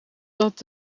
dat